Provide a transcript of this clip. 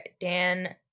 Dan